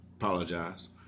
apologize